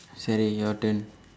Sherry your turn